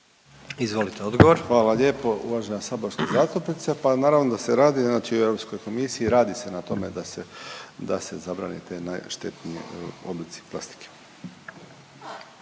Tomislav (HDZ)** Hvala lijepo. Uvažena saborska zastupnice, pa naravno da se radi znači o Europskoj komisiji, radi se na tome da se, da se zabrani te najštetniji oblici plastike.